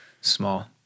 Small